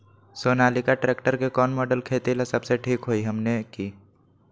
Sonalika tractor के कौन model खेती ला सबसे ठीक होई हमने की?